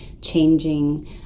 changing